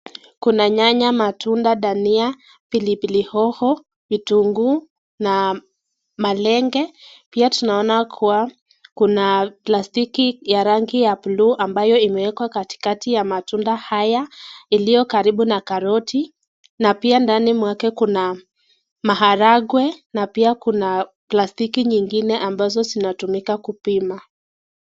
Kuna nyanya, matunda, dania, pilipili hoho, vitunguu na malenge. Pia tunaona kuwa kuna plastiki ya rangi ya buluu ambayo imewekwa katikati ya matunda haya, iliyokaribu na karoti na pia ndani mwake kuna maharagwe na pia kuna plastiki nyingine ambazo zinatumika kupima.